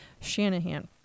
Shanahan